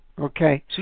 Okay